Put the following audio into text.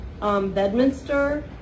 Bedminster